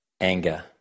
anger